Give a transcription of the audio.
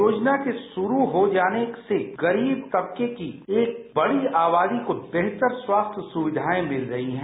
योजना के शुरू हो जाने से गरीब और वंचित तबके की एक बड़ी आबादी को बेहतर स्वास्थ्य सुविधाएं मिल रही है